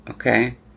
Okay